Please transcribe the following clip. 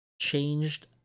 changed